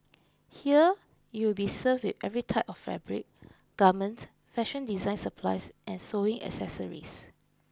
here you will be served every type of fabric garment fashion design supplies and sewing accessories